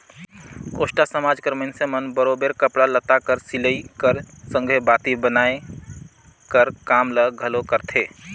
कोस्टा समाज कर मइनसे मन बरोबेर कपड़ा लत्ता कर सिलई कर संघे बाती बनाए कर काम ल घलो करथे